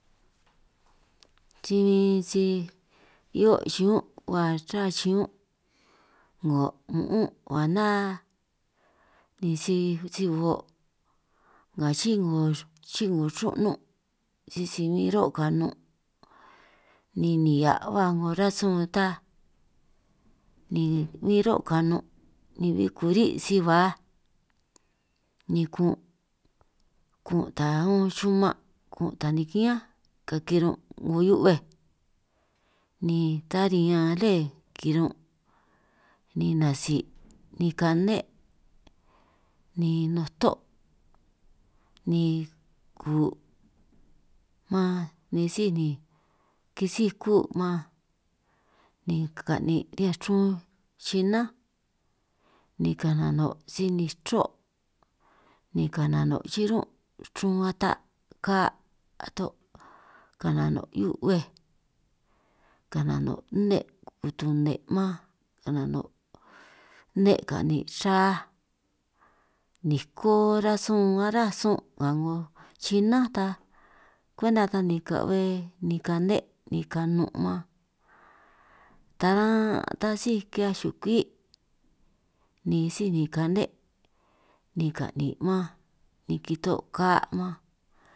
Si bin si 'hio' xiñún' hua ruhua xiñún' 'ngo' mu'ún' ba na, ni si bin si o' nga xi'í 'ngo xi'í 'ngo ru'nun' sisi bin ro' kanu', ni nihia' ba 'ngo rasun ta ni bin ro' kanun' ni bin kuri' si baaj, ni kun' kun' ta un xuman' kun' ta nikián ka'anj kirun' 'ngo hiu'bej ta riñan le kirun', ni nasi' ni kane' ni nuto' ni ku' man ni síj ni kisíj ku' man ni ka'nin' riñan chrun xinánj ni kanano' si nichro' ni kanano' xirun' chrun ata' ka', ato' kanano' hiubej kanano' nne' kutune' man ka'anj nano' nne' kanin' raj, niko rasun aráj sun' nga 'ngo xinánj ta kwenta ta ni ka'be ni kane' ni kanun' man, taran' taj síj ki'hiaj xukwi' ni síj ni kane' ni ka'nin' man ni kito'o ka' man.